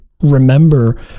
remember